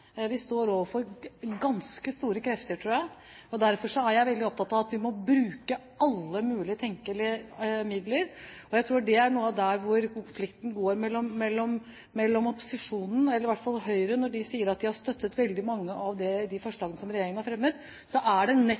Vi står overfor ganske store krefter, tror jeg. Derfor er jeg veldig opptatt av at vi må bruke alle mulige, tenkelige midler. Jeg tror det er her noe av konflikten går hos opposisjonen – eller i hvert fall hos Høyre. Når de sier at de har støttet veldig mange av de forslagene som regjeringen har fremmet, så er det